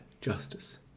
justice